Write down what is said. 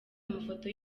amafoto